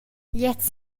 gliez